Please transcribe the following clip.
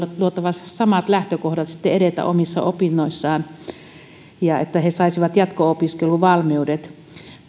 luotava samat lähtökohdat edetä omissa opinnoissaan että he saisivat jatko opiskeluvalmiudet